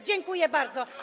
Dziękuję bardzo.